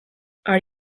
are